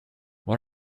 what